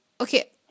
Okay